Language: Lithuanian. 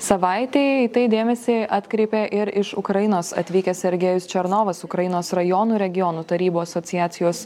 savaitei į tai dėmesį atkreipė ir iš ukrainos atvykęs sergejus černovas ukrainos rajonų regionų tarybų asociacijos